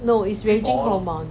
no it's raging hormones